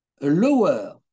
lower